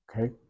Okay